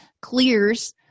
clears